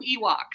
Ewoks